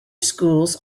schools